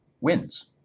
wins